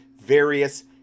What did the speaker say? various